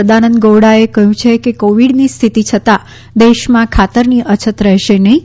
સદાનંદ ગોવડાએ કહ્યું છે કે કોવિડની સ્થિતિ છતાં દેશભરમાં ખાતરની અછત રહેશે નહીં